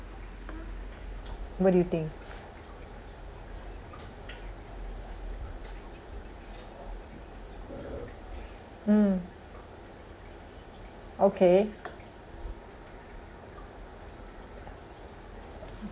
what do you think mm okay